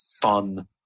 fun